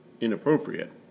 inappropriate